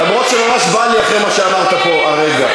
למרות שממש בא לי אחרי מה שאמרת פה הרגע.